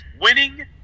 winning